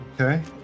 Okay